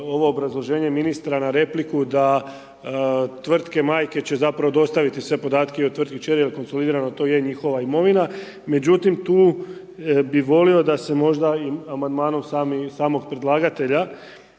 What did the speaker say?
ovo obrazloženje ministra na repliku da tvrtke majke će zapravo dostaviti sve podatke o tvrtki kćeri jer konstruirano to je njihova imovina, međutim tu bi volio da se možda i amandmanom samog predlagatelja